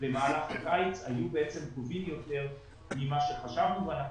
במהלך הקיץ היו בעצם טובים יותר מכפי שחשבנו ואנחנו